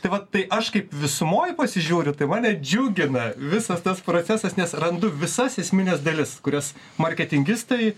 tai va tai aš kaip visumoj pasižiūriu tai mane džiugina visas tas procesas nes randu visas esmines dalis kurias marketingistai